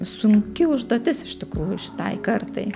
sunki užduotis iš tikrųjų šitai kartai